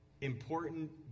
Important